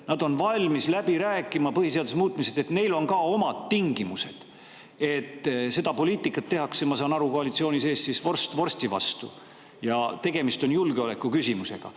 nad on valmis läbi rääkima põhiseaduse muutmise üle ja neil on ka omad tingimused. Seda poliitikat tehakse, ma saan aru, koalitsiooni sees siis vorst vorsti vastu. Tegemist on julgeolekuküsimusega!